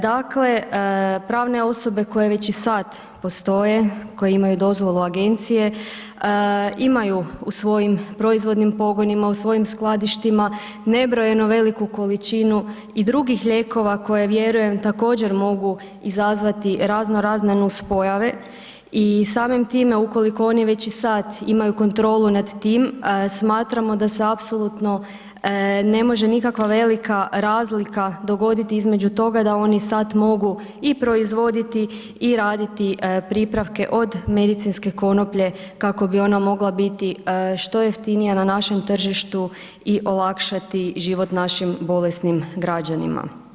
Dakle, pravne osobe koje već i sad postoje, koje imaju dozvolu agencije, imaju u svojim proizvodnim pogonima, u svojim skladištima nebrojeno veliku količinu i drugih lijekova koje, vjeruje, također mogu izazvati razno razne nuspojave i samim time ukoliko oni već i sad imaju kontrolu nad tim, smatramo da se apsolutno ne može nikakva velika razlika dogoditi između toga da oni sad mogu i proizvoditi i raditi pripravke od medicinske konoplje kako bi ona mogla biti što jeftinija na našem tržištu i olakšati život našim bolesnim građanima.